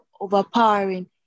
overpowering